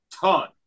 ton